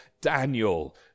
Daniel